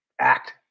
Act